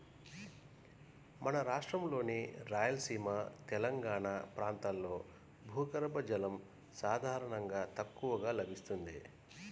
మన రాష్ట్రంలోని రాయలసీమ, తెలంగాణా ప్రాంతాల్లో భూగర్భ జలం సాధారణంగా తక్కువగా లభిస్తుంది